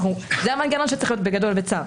זה המנגנון שצריך להיות בגדול בצו.